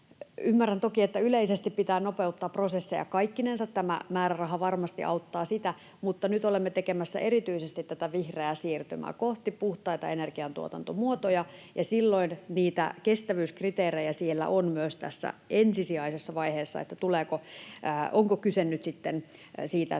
Ymmärrän toki, että yleisesti pitää nopeuttaa prosesseja kaikkinensa — tämä määräraha varmasti auttaa sitä — mutta nyt olemme tekemässä erityisesti tätä vihreää siirtymää kohti puhtaita energiantuotantomuotoja, ja silloin niitä kestävyyskriteerejä on myös tässä ensisijaisessa vaiheessa, että onko kyse nyt sitten